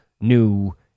new